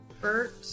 Bert